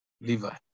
Levi